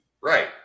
Right